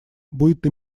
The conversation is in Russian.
будет